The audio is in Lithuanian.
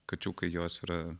kačiukai jos yra